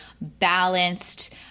balanced